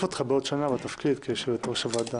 אותך בעוד שנה בתפקיד כיושבת-ראש הוועדה.